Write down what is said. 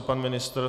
Pan ministr?